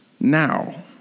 now